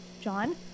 John